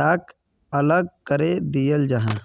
लाक अलग करे दियाल जाहा